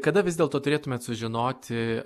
kada vis dėlto turėtumėt sužinoti